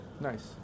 Nice